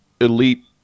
elite